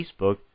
Facebook